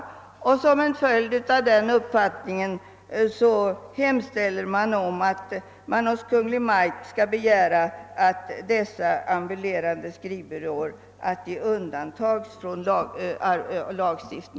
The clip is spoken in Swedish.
Därför begär reservanterna att riksdagen i skrivelse till Kungl. Maj:t hemställer om förslag till sådan ändring i lagen om arbetsförmedling att dessa skrivbyråer undantages från det generella förbudet mot arbetsförmedling i förvärvssyfte.